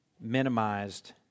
minimized